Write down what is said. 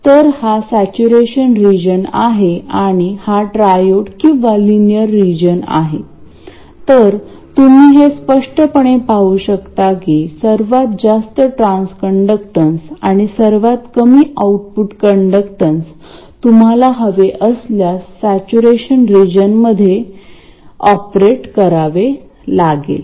तर त्याचप्रकारे येथे आपल्याला हे करावे लागेल आपल्याला RG चा परिणाम काय हे शोधून काढावे लागेल आणि चांगली व्हॅल्यू काय आहे ते पहावे लागेल जेणेकरून ते कॉमन सोर्स ऍम्प्लिफायर मध्ये लक्षणीय किंवा विपरित परिणाम करू शकणार नाही